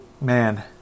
man